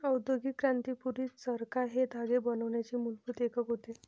औद्योगिक क्रांती पूर्वी, चरखा हे धागे बनवण्याचे मूलभूत एकक होते